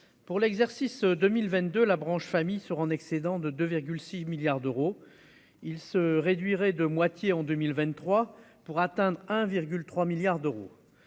pour l'exercice 2022, la branche famille sur un excédent de 2,6 milliards d'euros, il se réduirait de moitié en 2023 pour atteindre 1,3 milliards d'euros